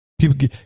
People